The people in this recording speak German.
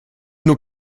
nur